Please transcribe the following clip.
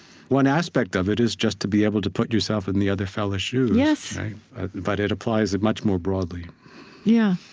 one aspect of it is just to be able to put yourself in the other fellow's shoes yes but it applies it much more broadly yeah